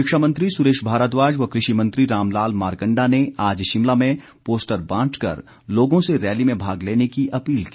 शिक्षा मंत्री सुरेश भारद्वाज व कृषि मंत्री रामलाल मारकंडा ने आज शिमला में पोस्टर बांट कर लोगों से रैली में भाग लेने की अपील की